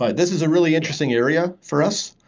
but this is a really interesting area for us,